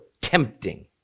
tempting